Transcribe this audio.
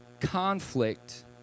conflict